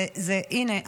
הינה,